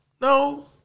no